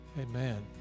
Amen